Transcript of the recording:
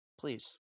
Please